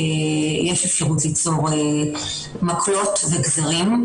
שיש אפשרות ליצור מקלות וגזרים,